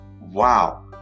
wow